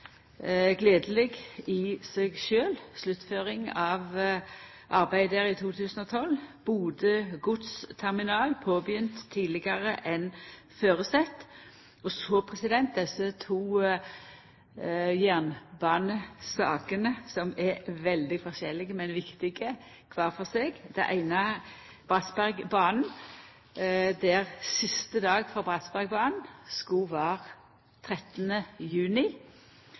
gledeleg i seg sjølv, og planlagd sluttføring av arbeidet der er i 2012. Bodø godsterminal blir påbegynt tidlegare enn føresett. Så er det desse to jernbanesakene, som er veldig forskjellige, men viktige kvar for seg. Den eine er Bratsbergbanen. Siste dag for Bratsbergbanen skulle vera 13. juni,